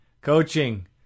Coaching